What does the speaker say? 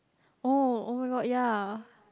oh oh-my-god ya